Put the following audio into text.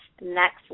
next